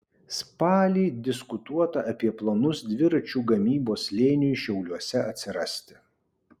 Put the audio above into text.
spalį diskutuota apie planus dviračių gamybos slėniui šiauliuose atsirasti